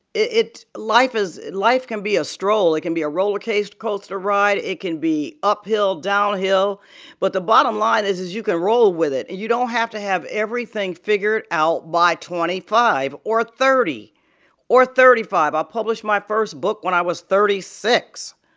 it it life is life can be a stroll. it can be a rollercoaster ride. it can be uphill, downhill but the bottom line is, is you can roll with it. you don't have to have everything figured out by twenty five or thirty or thirty five. i published my first book when i was thirty six.